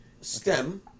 stem